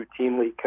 routinely